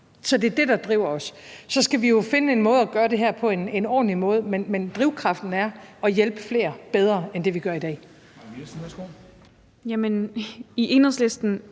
Det er det, der driver os. Så skal vi jo finde en måde at gøre det her på, en ordentlig måde, men drivkraften er at hjælpe flere og bedre end det, vi gør i dag. Kl. 13:28 Formanden